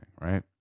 right